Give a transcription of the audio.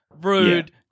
rude